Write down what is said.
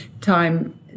time